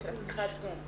ראיתם בלמידה המקוונת